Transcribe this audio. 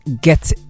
get